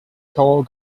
call